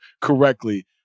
correctly